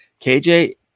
KJ